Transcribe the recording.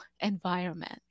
environment